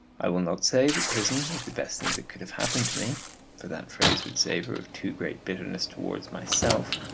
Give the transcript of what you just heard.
i will not say that prison is the best thing that could have happened to me for that phrase would savour of too great bitterness towards myself.